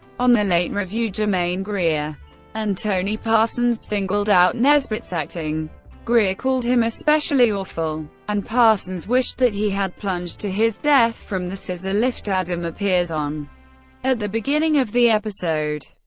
on the late review, germaine greer and tony parsons singled out nesbitt's acting greer called him especially awful and parsons wished that he had plunged to his death from the scissor lift adam appears on at the beginning of the episode.